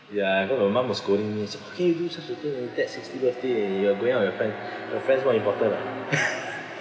ya I got my mum was scolding me she said how can you so such a thing during dad's sixty birthday you are going out with your friends your friends more important ah